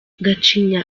gacinya